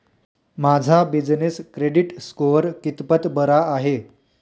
माझा business credit score कितपत बरा आहे?